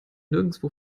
nirgendwo